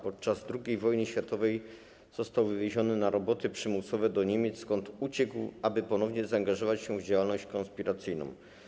Podczas II wojny światowej został wywieziony na roboty przymusowe do Niemiec, skąd uciekł, aby ponownie zaangażować się w działalność konspiracyjną.